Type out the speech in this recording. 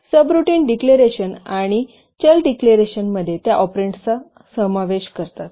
subroutine declaration आणि चल डिक्लेरेशनमध्ये त्या ऑपरेंड्सचा समावेश करतात